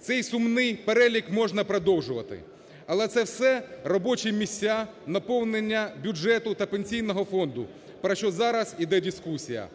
Цей сумний перелік можна продовжувати, але це все – робочі місця, наповнення бюджету та Пенсійного фонду, про що зараз іде дискусія.